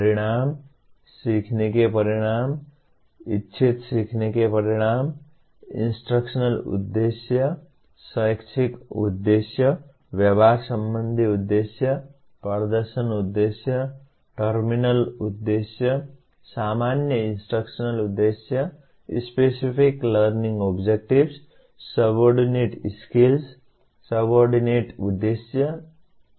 परिणाम सीखने के परिणाम इच्छित सीखने के परिणाम इंस्ट्रक्शनल उद्देश्य शैक्षिक उद्देश्य व्यवहार संबंधी उद्देश्य प्रदर्शन उद्देश्य टर्मिनल उद्देश्य सामान्य इंस्ट्रक्शनल उद्देश्य specific learning objectives subordinate skills subordinate उद्देश्य कॉम्पिटेंसीज